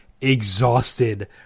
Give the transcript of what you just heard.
exhausted